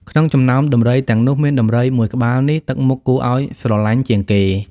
ក្នុងចំណោមដំរីទាំងនោះ មានដំរីមួយក្បាលនេះទឹកមុខគួរឱ្យស្រឡាញ់ជាងគេ ។